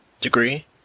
degree